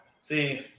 See